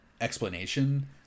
explanation